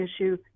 issue